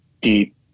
deep